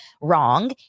wrong